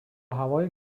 هوای